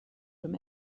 from